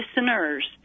listeners